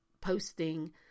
posting